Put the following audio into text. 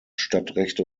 stadtrechte